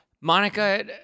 Monica